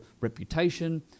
reputation